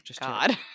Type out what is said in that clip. god